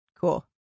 Cool